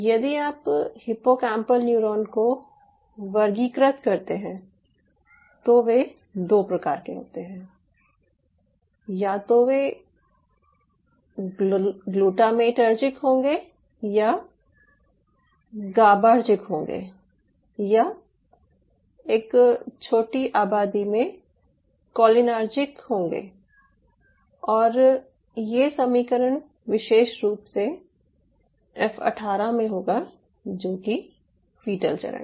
यदि आप hippocampal neuron को वर्गीकृत करते हैं तो वे 2 प्रकार के होते हैं या तो वे ग्लूटामेटार्जिक होंगे या गाबार्जिक होंगे या एक छोटी आबादी में कोलिनार्जिक होंगे और ये समीकरण विशेष रूप से एफ 18 में होगा जो कि फीटल चरण है